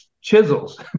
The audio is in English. chisels